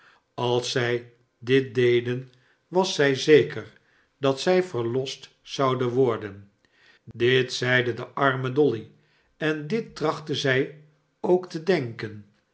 als zij dit deden was zij zeker dat zij verlost zouden worden dit zeide de arme dolly en dit trachtte zij ook te denken